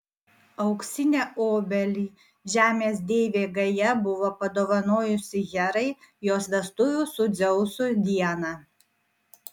auksinę obelį žemės deivė gaja buvo padovanojusi herai jos vestuvių su dzeusu dieną